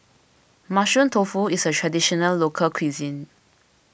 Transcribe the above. Mushroom Tofu is a Traditional Local Cuisine